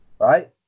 Right